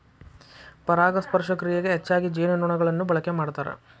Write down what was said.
ಪರಾಗಸ್ಪರ್ಶ ಕ್ರಿಯೆಗೆ ಹೆಚ್ಚಾಗಿ ಜೇನುನೊಣಗಳನ್ನ ಬಳಕೆ ಮಾಡ್ತಾರ